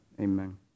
amen